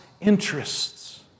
interests